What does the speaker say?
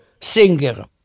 Singer